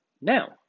Now